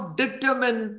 determine